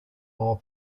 all